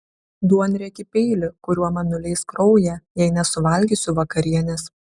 duonriekį peilį kuriuo man nuleis kraują jei nesuvalgysiu vakarienės